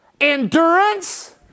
endurance